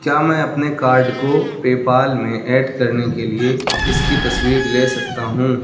کیا میں اپنے کارڈ کو پے پال میں ایڈ کرنے کے لیے اس کی تصویر لے سکتا ہوں